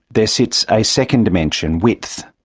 there sits a second dimension, width,